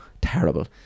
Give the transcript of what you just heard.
terrible